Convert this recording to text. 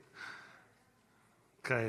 כעת.